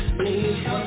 need